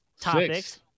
topics